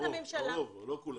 הרוב, לא כולם.